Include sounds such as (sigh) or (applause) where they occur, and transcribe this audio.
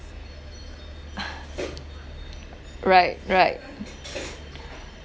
(breath) right right (breath)